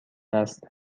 است